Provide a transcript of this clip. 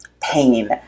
pain